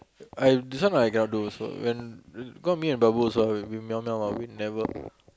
I this one I cannot do also then because me and Babu also ah we meow meow ah we never